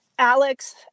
Alex